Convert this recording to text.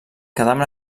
quedaven